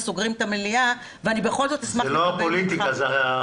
קופ"ח כללית אורי גת מנכ"ל טבע ס.ל.א ענת כהן שמואל